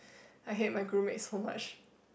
I hate my group mates so much